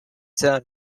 zone